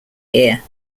here